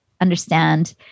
understand